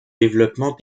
développement